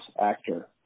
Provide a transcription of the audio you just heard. actor